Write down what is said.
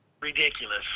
Ridiculous